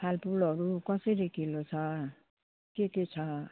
फलफुलहरू कसरी किलो छ के के छ